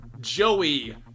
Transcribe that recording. Joey